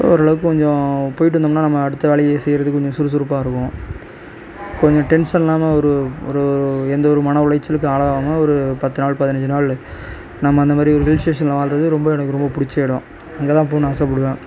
ஓரளவுக்கு கொஞ்சம் போயிட்டு வந்தோம்னால் நம்ம அடுத்த வேலையை செய்கிறதுக்கு கொஞ்சம் சுறுசுறுப்பாகருக்கும் கொஞ்சம் டென்சன் இல்லாமல் ஒரு ஒரு எந்த ஒரு மன உளைச்சலுக்கும் ஆளாகாமல் ஒரு பத்து நாள் பதினஞ்சு நாள் நம்ம அந்த மாதிரி ஒரு ஹில் ஸ்டேஷனில் வாழ்கிறது ரொம்ப எனக்கு ரொம்ப பிடிச்ச இடம் அங்கே தான் போகணுன் ஆசைப்படுவேன்